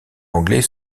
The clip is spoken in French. anglais